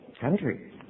country